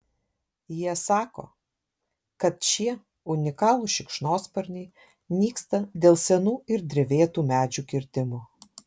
jie sako kad šie unikalūs šikšnosparniai nyksta dėl senų ir drevėtų medžių kirtimo